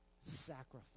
Sacrifice